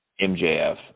MJF